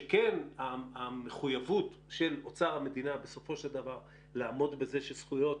שכן המחויבות של אוצר המדינה בסופו של דבר לעמוד בזה שזכויות